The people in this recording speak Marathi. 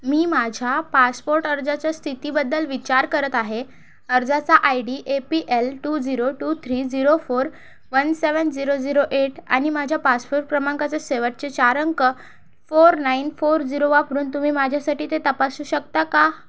मी माझ्या पासपोर्ट अर्जाच्या स्थितीबद्दल विचार करत आहे अर्जाचा I D A P L two zero two three zero four one seven zero zero eight आणि माझ्या पासपोर्ट क्रमांकाचे शेवटचे चार अंक फोर नाईन फोर झिरो वापरून तुम्ही माझ्यासाठी ते तपासू शकता का